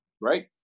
Right